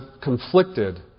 conflicted